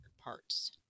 parts